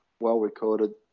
well-recorded